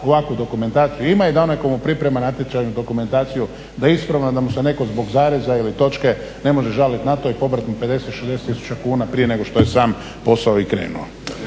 ovakvu dokumentaciju ima i da onaj tko mu priprema natječajnu dokumentaciju da ispravno je da mu se netko zbog zareza ili točke ne može žaliti na to i pobrati mu 50, 60 tisuća kuna prije nego što je sam posao i krenuo.